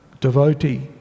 devotee